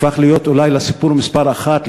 הפך להיות אולי לסיפור מספר אחת,